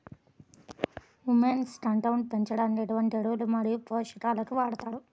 Humus content పెంచడానికి ఎటువంటి ఎరువులు మరియు పోషకాలను వాడతారు?